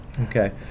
Okay